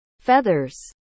Feathers